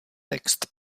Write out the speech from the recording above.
text